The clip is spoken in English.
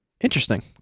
Interesting